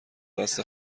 دست